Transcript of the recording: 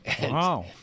Wow